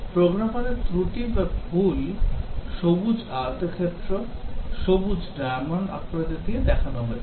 প্রোগ্রামারের ত্রুটি বা ভুল সবুজ আয়তক্ষেত্র সবুজ ডায়মন্ড আকৃতি দিয়ে দেখানো হয়েছে